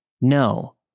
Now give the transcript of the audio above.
No